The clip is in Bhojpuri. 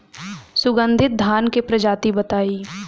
सुगन्धित धान क प्रजाति बताई?